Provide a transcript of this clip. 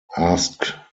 asked